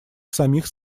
самих